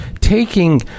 Taking